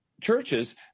churches